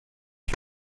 ich